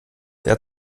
eher